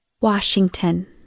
Washington